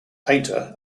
painter